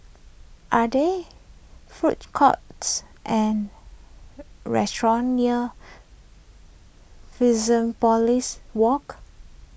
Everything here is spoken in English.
are there food courts and restaurants near Fusionopolis Walk